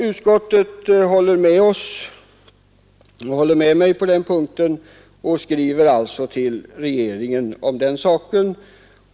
Utskottet instämmer på den punkten och skriver alltså till Kungl. Maj:t om den saken.